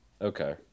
Okay